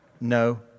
No